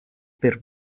per